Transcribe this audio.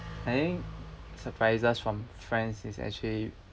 I think surprises from friends is actually